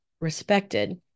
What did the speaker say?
respected